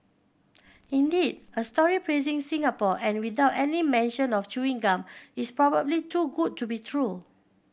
indeed a story praising Singapore and without any mention of chewing gum is probably too good to be true